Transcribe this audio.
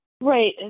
Right